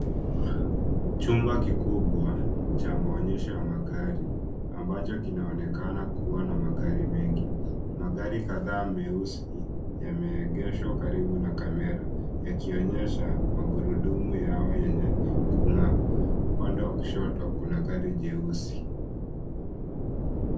Chumba kikubwa cha maonyesho ya magari ambacho kinaonekana kuwa na magari mengi. Magari kadhaa meusi yameegeshwa karibu na kamera yakionyesha magurudumu yao yenye kung'aa. Upande wa kushoto kuna gari jeusi.